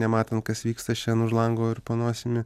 nematant kas vyksta šiandien už lango ir po nosimi